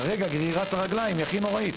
כרגע גרירת הרגליים היא הכי נוראית.